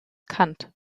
kant